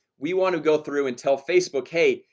we want to go through and tell facebook hey,